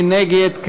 מי נגד?